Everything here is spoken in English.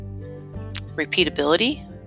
Repeatability